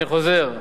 אני חוזר,